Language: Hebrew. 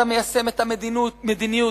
אתה מיישם את המדיניות,